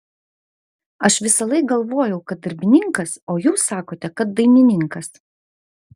aš visąlaik galvojau kad darbininkas o jūs sakote kad dainininkas